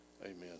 Amen